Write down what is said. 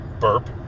burp